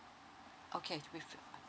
okay